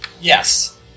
yes